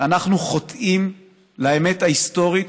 אנחנו חוטאים לאמת ההיסטורית,